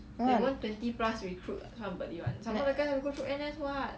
mm